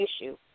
issue